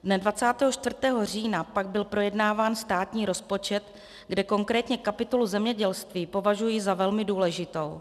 Dne 24. října pak byl projednáván státní rozpočet, kde konkrétně kapitolu zemědělství považuji za velmi důležitou.